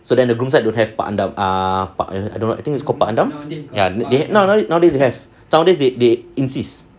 so then the groom's side don't have pak andam err I don't know I think it's called pak andam ya they now now nowadays they have nowadays they they insist